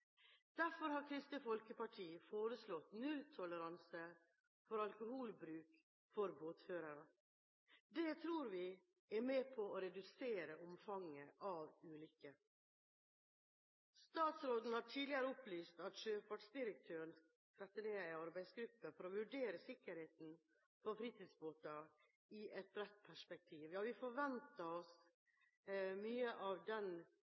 båtførere. Det tror vi vil være med på å redusere omfanget av ulykker. Statsråden har tidligere opplyst at sjøfartsdirektøren skal sette ned en arbeidsgruppe for å vurdere sikkerheten til fritidsbåter i et bredt perspektiv. Vi forventer oss mye av den